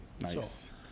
Nice